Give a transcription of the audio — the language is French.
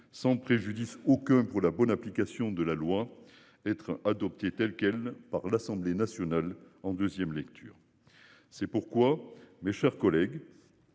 sans préjudice aucun pour la bonne application de la loi, être adoptée telle quelle, par l'Assemblée nationale en 2ème lecture. C'est pourquoi, mes chers collègues.